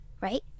right